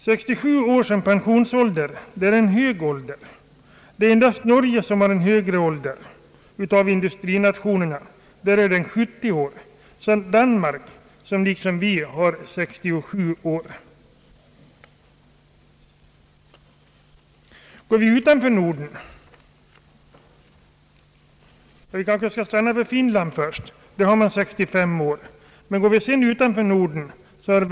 67 år som pensionsålder är en hög ålder. Av industriländerna är det endast Norge som har en högre ålder. Där är det 70 år. Danmark har liksom vi 67 års pensionsålder. Finland har 65 år. Går vi utanför Norden ser det annorlunda ut.